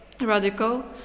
radical